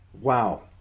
Wow